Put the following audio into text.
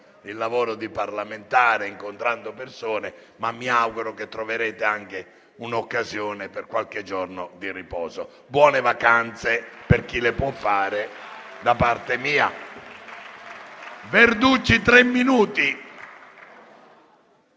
il lavoro di parlamentari, incontrando le persone, ma mi auguro che troverete anche occasione per qualche giorno di riposo. Buone vacanze per chi le può fare. **Interventi